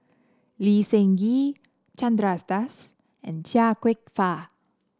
Lee Seng Gee Chandra Das and Chia Kwek Fah